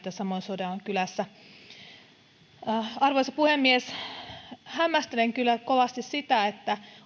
ja samoin sodankylässä palvelut heikkenevät arvoisa puhemies hämmästelen kyllä kovasti sitä että